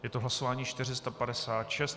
Je to hlasování 456.